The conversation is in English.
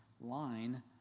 line